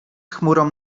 chmurą